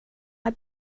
här